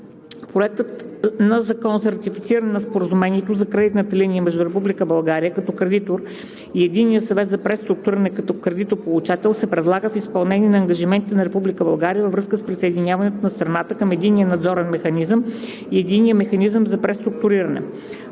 Законопроектът за ратифициране на Споразумението за кредитна линия между Република България като кредитор и Единния съвет за преструктуриране като кредитополучател се предлага в изпълнение на ангажиментите на Република България във връзка с присъединяването на страната към Единния надзорен механизъм и Единния механизъм за преструктуриране.